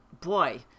Boy